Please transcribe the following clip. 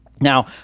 Now